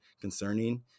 concerning